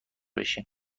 بشیم